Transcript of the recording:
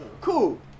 Cool